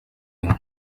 inka